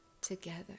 together